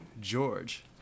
George